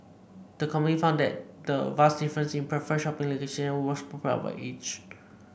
the company found that the vast differences in preferred shopping locations was propelled by age